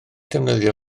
defnyddio